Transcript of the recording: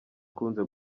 ukunze